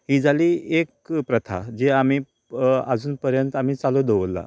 ही जाली एक प्रथा जी आमी आजून पर्यंत आमी चालू दवरला